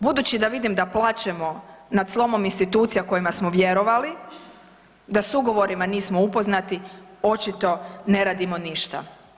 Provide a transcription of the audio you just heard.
Budući da vidim da plačemo nad slomom institucija kojima smo vjerovali da s ugovorima nismo upoznati očito ne radimo ništa.